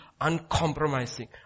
uncompromising